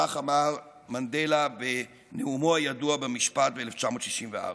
כך אמר מנדלה בנאומו הידוע במשפט ב-1964.